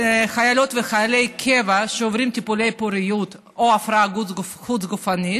חיילות וחיילי קבע שעוברים טיפולי פוריות או הפרייה חוץ-גופית,